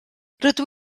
rydw